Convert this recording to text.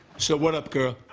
so, what up, girl?